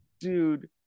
dude